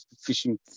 fishing